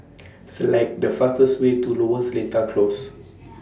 Select The fastest Way to Lower Seletar Close